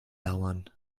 dauern